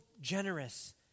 generous